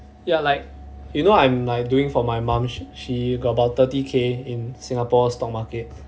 ya like you know I'm like doing for my mum sh~ she got about thirty K in Singapore stock market